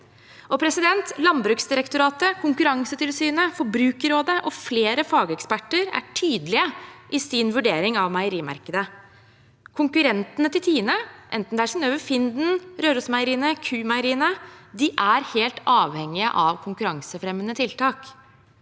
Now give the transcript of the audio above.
monopol. Landbruksdirektoratet, Konkurransetilsynet, Forbrukerrådet og flere fageksperter er tydelige i sin vurdering av meierimarkedet. Konkurrentene til Tine, enten det er Synnøve Finden, Rørosmeieriet eller Q-Meieriene, er helt avhengig av konkurransefremmende tiltak.